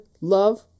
Love